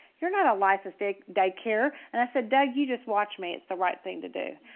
you're not a licensed day day care. and i said doug, you just watch me. it's the right thing to do.